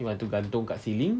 you want to gantung dekat ceiling